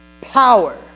power